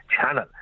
channel